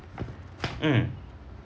mm